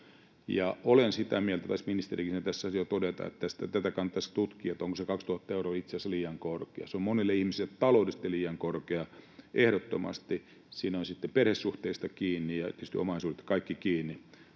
olen sitä mieltä, ja taisi ministerikin sen tässä jo todeta, että tätä kannattaisi tutkia, onko se 2 000 euroa itse asiassa liian korkea. Se on monille ihmisille taloudellisesti liian korkea ehdottomasti. Siinä ovat sitten perhesuhteet kiinni ja tietysti omaisuudet ja kaikki kiinni.